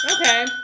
okay